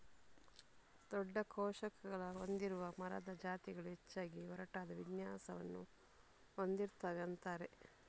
ದೊಡ್ಡ ಕೋಶಗಳನ್ನ ಹೊಂದಿರುವ ಮರದ ಜಾತಿಗಳು ಹೆಚ್ಚಾಗಿ ಒರಟಾದ ವಿನ್ಯಾಸವನ್ನ ಹೊಂದಿರ್ತವೆ ಅಂತಾರೆ